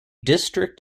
district